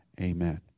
Amen